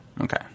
Okay